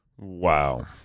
Wow